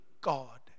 God